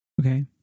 Okay